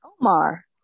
Omar